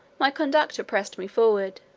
my conductor pressed me forward,